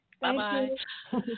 Bye-bye